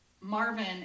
Marvin